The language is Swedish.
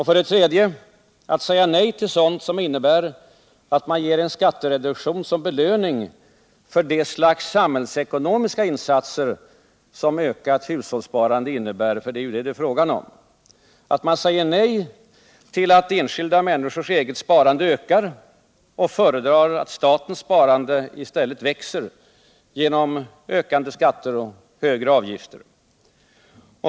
För det tredje säger man nej till sådant som innebär att en skattereduktion ges som belöning för sådana samhällsekonomiska insatser som ökat hushållssparande innebär, för det är ju det som det är fråga om. Man säger nej till att enskilda människors eget sparande ökar och föredrar att statens sparande i stället växer genom ökande skatter och högre avgifter.